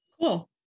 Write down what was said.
Cool